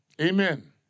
Amen